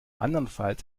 andernfalls